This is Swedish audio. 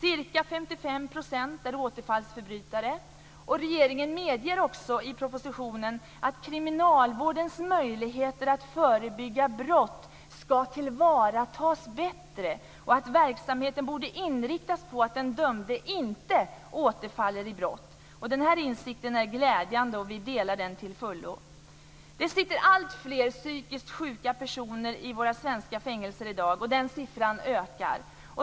Ca 55 % är återfallsförbrytare. Regeringen medger också i propositionen att kriminalvårdens möjligheter att förebygga brott ska tillvaratas bättre och att verksamheten borde inriktas på att den dömde inte återfaller i brott. Denna insikt är glädjande, och vi delar den till fullo. Det sitter alltfler psykiskt sjuka personer i våra svenska fängelser i dag, och den siffran ökar.